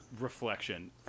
reflection